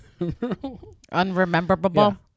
Unrememberable